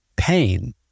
pain